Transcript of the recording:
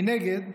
מנגד,